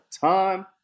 time